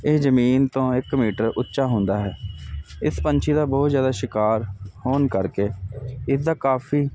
ਇਹ ਜਮੀਨ ਤੋਂ ਇਕ ਮੀਟਰ ਉੱਚਾ ਹੁੰਦਾ ਹੈ ਇਸ ਪੰਛੀ ਦਾ ਬਹੁਤ ਜਿਆਦਾ ਸ਼ਿਕਾਰ ਹੋਣ ਕਰਕੇ ਇਹ ਦਾ ਕਾਫੀ